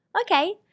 okay